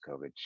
COVID